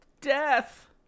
Death